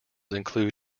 include